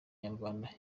nyarwanda